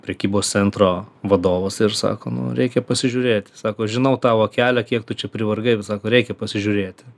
prekybos centro vadovas ir sako nu reikia pasižiūrėti sako žinau tavo kelią kiek tu čia privargai ir sako reikia pasižiūrėti